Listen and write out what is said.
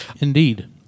Indeed